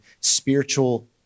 spiritual